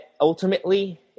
ultimately